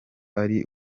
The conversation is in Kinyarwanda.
ari